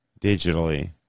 digitally